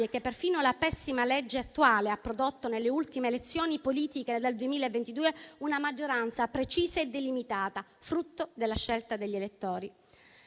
che perfino la pessima legge attuale ha prodotto, nelle ultime elezioni politiche dal 2022, una maggioranza precisa e delimitata, frutto della scelta degli elettori.